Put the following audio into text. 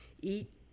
eat